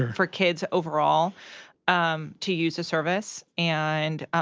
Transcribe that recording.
for kids overall um to use the service. and,